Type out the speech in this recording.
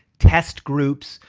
test groups.